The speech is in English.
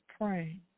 praying